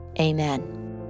Amen